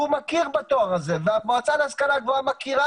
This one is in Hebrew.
והוא מכיר בתואר הזה והמועצה להשכלה גבוהה מכירה